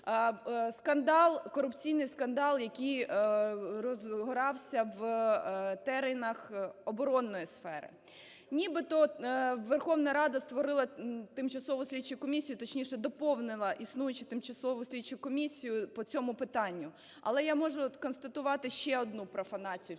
Скандал, корупційний скандал, який розгорався в теренах оборонної сфери. Нібито Верховна Рада створила Тимчасову слідчу комісію, точніше доповнила існуючу Тимчасову слідчу комісію по цьому питанню. Але я можу от констатувати ще одну профанацію